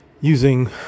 using